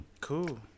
Cool